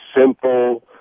simple